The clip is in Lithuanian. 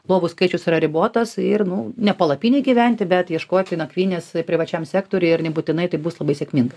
lovų skaičius yra ribotas ir nu ne palapinėj gyventi bet ieškoti nakvynės privačiam sektoriuj ir nebūtinai tai bus labai sėkmingai